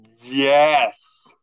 Yes